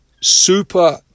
super